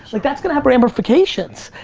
like that's gonna have ramifications!